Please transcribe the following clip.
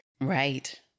right